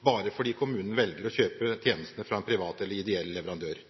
bare fordi kommunen velger å kjøpe tjenesten fra en privat eller ideell leverandør.